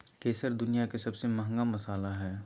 केसर दुनिया के सबसे महंगा मसाला हइ